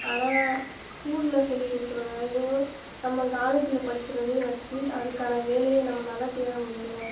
ஆனால் ஸ்கூலில் சொல்லிக் கொடுக்கறதையும் நம்ம காலேஜில் படிக்கிறதையும் வெச்சு அதுக்கான வேலையை நம்மளால் தேட முடியலை